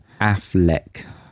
Affleck